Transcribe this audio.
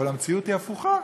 אבל המציאות היא הפוכה,